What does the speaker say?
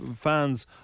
fans